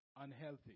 unhealthy